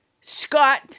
Scott